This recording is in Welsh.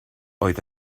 oedd